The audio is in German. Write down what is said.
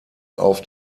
auf